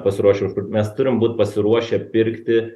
pasiruošę mes turim būt pasiruošę pirkti